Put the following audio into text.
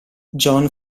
john